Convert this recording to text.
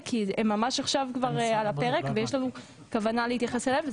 כי הן עכשיו ממש על הפרק ויש לנו כוונה להתייחס אליהן.